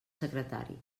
secretari